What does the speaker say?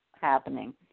happening